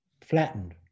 flattened